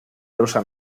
rosa